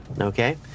okay